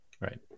Right